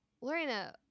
lorena